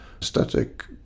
static